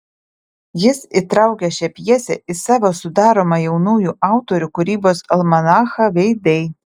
jis įtraukė šią pjesę į savo sudaromą jaunųjų autorių kūrybos almanachą veidai